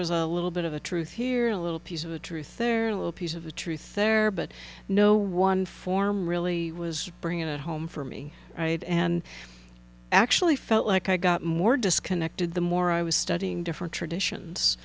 was a little bit of a truth here a little piece of the truth there a little piece of the truth there but no one form really was bringing it home for me right and actually felt like i got more disconnected the more i was studying different traditions